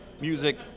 music